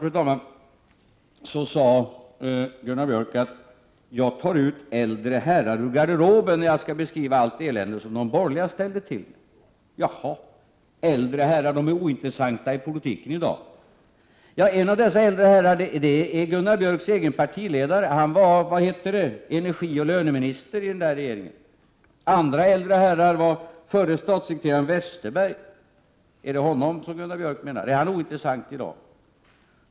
Gunnar Björk sade vidare att jag plockar fram äldre herrar ur garderoben, när jag skall beskriva allt elände som de borgerliga ställde till med. Äldre herrar är alltså ointressanta i politiken i dag. En av dessa äldre herrar är Gunnar Björks egen partiledare. Han var energioch löneminister, eller vad det nu hette, i den där regeringen. Andra äldre herrar var förre statssekreteraren Westerberg. Är det honom Gunnar Björk åsyftar? Är han ointressant i dag?